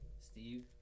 Steve